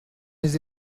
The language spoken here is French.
les